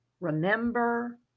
remember